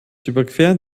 überqueren